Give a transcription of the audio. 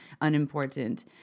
unimportant